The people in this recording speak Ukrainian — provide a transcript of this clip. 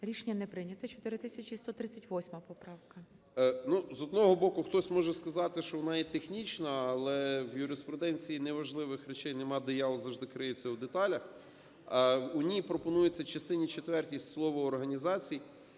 Рішення не прийнято. 4138 поправка. 17:48:36 СИДОРОВИЧ Р.М. Ну, з одного боку, хтось може сказати, що вона є технічна, але в юриспруденції неважливих речей нема, диявол завжди криється в деталях. У ній пропонується в частині четвертій слово "організацій"